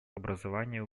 образованию